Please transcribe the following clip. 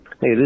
Hey